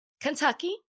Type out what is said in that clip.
Kentucky